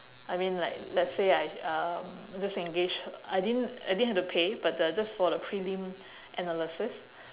I mean like let's say I um just engage I didn't I didn't have to pay but uh just for the prelim analysis